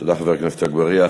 תודה, חבר הכנסת אגבאריה.